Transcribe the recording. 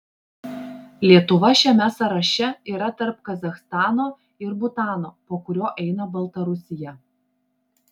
lietuva šiame sąraše yra tarp kazachstano ir butano po kurio eina baltarusija